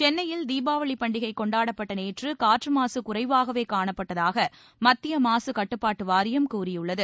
சென்னையில் தீபாவளி பண்டிகை கொண்டாடப்பட்ட நேற்று காற்று மாசு குறைவாகவே காணப்பட்டதாக மத்திய மாசு கட்டுப்பாட்டு வாரியம் கூறியுள்ளது